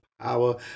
power